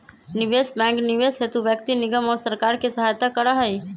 निवेश बैंक निवेश हेतु व्यक्ति निगम और सरकार के सहायता करा हई